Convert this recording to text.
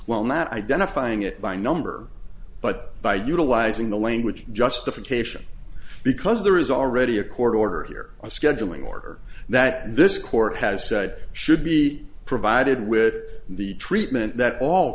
while not identifying it by number but by utilizing the language justification because there is already a court order here a scheduling order that this court has said should be provided with the treatment that all